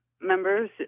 members